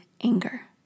anger